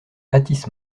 athis